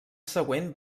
següent